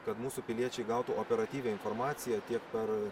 kad mūsų piliečiai gautų operatyvią informaciją tiek per